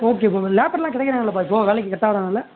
ஓகேப்பா லேபர்லாம் கிடைக்கிறாங்களாப்பா இப்போது வேலைக்கு கரெட்டாக வர்றாங்கள்ல